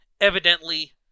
Evidently